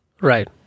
Right